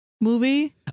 movie